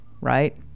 right